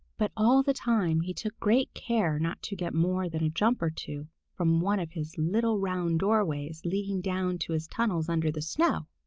but all the time he took great care not to get more than a jump or two from one of his little round doorways leading down to his tunnels under the snow.